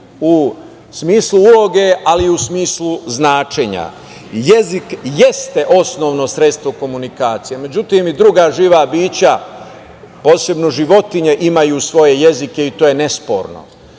u smislu ulogu, ali i u smislu značenja. Jezik jeste osnovno sredstvo komunikacije. Međutim, i druga živa bića, posebno životinje, imaju svoje jezike, i to je nesporno.